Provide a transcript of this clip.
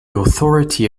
authority